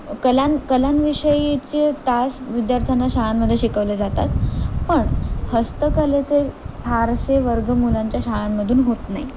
कलां कलांविषयीचे तास विद्यार्थ्यांना शाळांमध्ये शिकवले जातात पण हस्तकलेचे फारसे वर्ग मुलांच्या शाळांमधून होत नाही